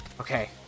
Okay